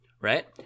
right